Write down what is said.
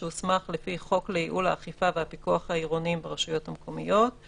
שהוסמך לפי חוק לייעול האכיפה והפיקוח העירוניים ברשויות המקומיות;